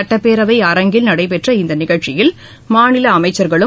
சட்டப்பேரவை அரங்கில் நடைபெற்ற இந்த நிகழ்ச்சியில் மாநில அமைச்சர்களும்